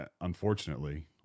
unfortunately